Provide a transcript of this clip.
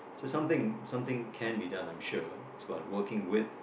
so something something can be done I'm sure it's about the working with